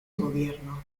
gobierno